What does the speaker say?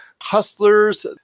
Hustlers